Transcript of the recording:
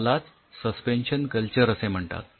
यालाच suspension culture असे म्हणतात